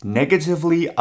negatively